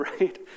right